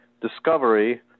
discovery